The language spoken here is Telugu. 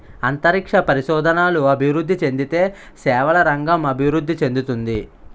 అంతరిక్ష పరిశోధనలు అభివృద్ధి చెందితే సేవల రంగం అభివృద్ధి చెందుతుంది